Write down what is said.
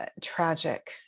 tragic